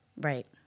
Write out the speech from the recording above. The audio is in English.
right